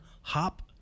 Hop